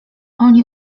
oni